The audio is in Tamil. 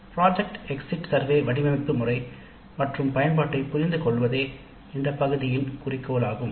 பிராஜக்ட் எக்ஸிட் சர்வே வடிவமைப்பு மற்றும் பயன்பாட்டை புரிந்து கொள்வதே இந்தப் பகுதியின் குறிக்கோளாகும்